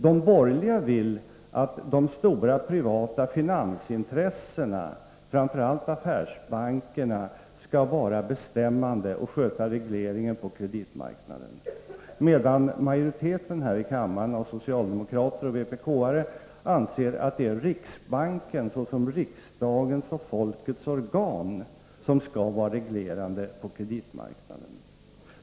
De borgerliga vill att de stora privata finansintressena, framför allt affärsbankerna, skall vara bestämmande och sköta regleringen på kreditmarknaden, medan majoriteten här i kammaren av socialdemokrater och vpk-are anser att det är riksbanken såsom riksdagens och folkets organ som skall vara reglerande på kreditmarknaden.